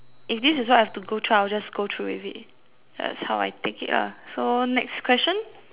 if this is what I have to go through I will just go through with it that's how I take it lah so next question